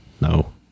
No